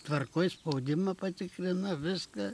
tvarkoj spaudimą patikrino viską